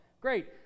great